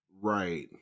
Right